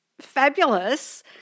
fabulous